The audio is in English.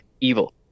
evil